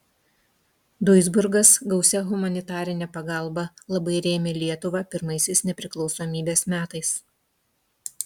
duisburgas gausia humanitarine pagalba labai rėmė lietuvą pirmaisiais nepriklausomybės metais